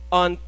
on